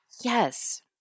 yes